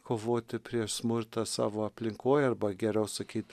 kovoti prieš smurtą savo aplinkoj arba geriau sakyt